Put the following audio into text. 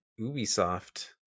Ubisoft